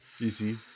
easy